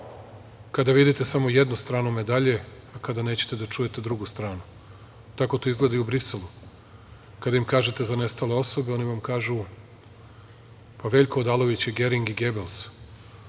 kada vidite samo jednu stranu medalje, a kada nećete da čujete drugu stanu. Tako to izgleda i u Briselu, kada im kažete za nestale osobe, oni vam kažu, pa Veljko Odalović je Gering i Gebels. Na